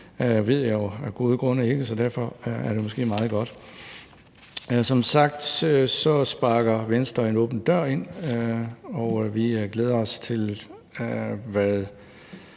ved jeg af gode grunde ikke, så derfor er det måske meget godt. Som sagt sparker Venstre en åben dør ind, og vi glæder os til, hvad